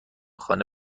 خانه